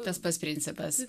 tas pats principas